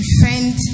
defend